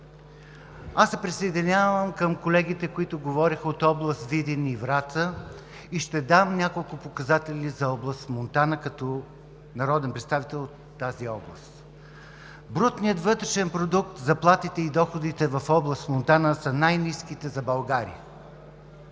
Присъединявам се към колегите, които говориха от областите Видин и Враца. Ще дам няколко показателя за област Монтана като народен представител от тази област: брутният вътрешен продукт, заплатите и доходите в област Монтана са най-ниските за България,